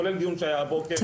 כולל דיון שהיה הבוקר,